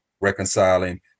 reconciling